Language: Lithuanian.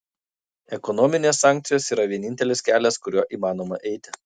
ekonominės sankcijos yra vienintelis kelias kuriuo įmanoma eiti